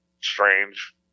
strange